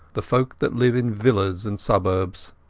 the folk that live in villas and suburbs.